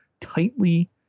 tightly